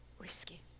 risky